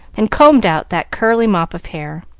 and combed out that curly mop of hair.